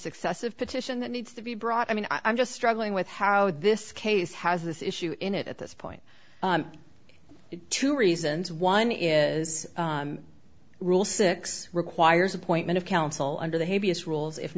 successive petition that needs to be brought i mean i'm just struggling with how this case has this issue in it at this point two reasons one is rule six requires appointment of counsel under the habeas rules if